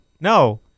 No